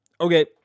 Okay